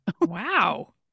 Wow